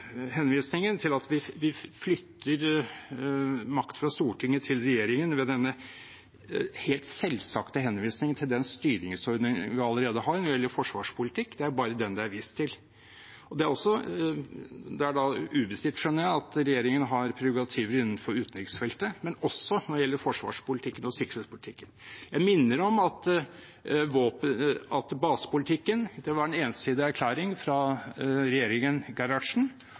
henvisningen, at vi flytter makt fra Stortinget til regjeringen ved denne helt selvsagte henvisningen til den styringsordning vi allerede har når det gjelder forsvarspolitikk: Det er jo bare den det er vist til. Det er ubestridt, skjønner jeg, at regjeringen har prerogativer innenfor utenriksfeltet, men den har det også når det gjelder forsvarspolitikken og sikkerhetspolitikken. Jeg minner om at basepolitikken var en ensidig erklæring fra regjeringen